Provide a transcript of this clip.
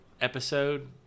episode